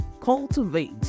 Cultivate